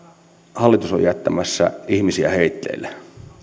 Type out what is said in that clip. hallitus on jättämässä ihmisiä heitteille